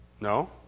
No